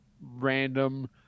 random